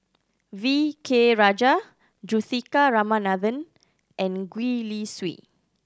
V K Rajah Juthika Ramanathan and Gwee Li Sui